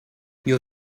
your